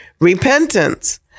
repentance